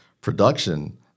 production